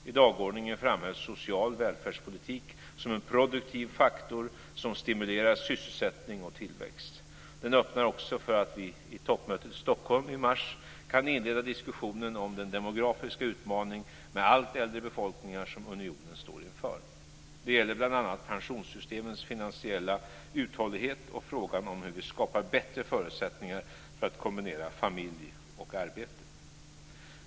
I dagordningen framhölls social välfärdspolitik som en produktiv faktor som stimulerar sysselsättning och tillväxt. Den öppnar också för att vi vid toppmötet i Stockholm i mars kan inleda diskussionen om den demografiska utmaning med allt äldre befolkningar som unionen står inför. Det gäller bl.a. pensionssystemens finansiella uthållighet och frågan om hur vi skapar bättre förutsättningar för att kombinera familj och arbete.